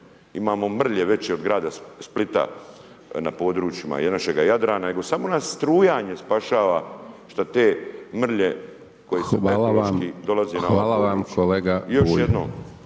imamo mrlje veće od grada Splita na područjima našega Jadrana, nego samo nas strujanje spašava, što te mrlje koji su ekološki, dolaze na područje …/Upadica Hajdaš